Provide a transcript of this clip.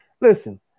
listen